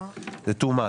זה יותר מידי.